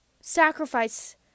sacrifice